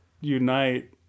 unite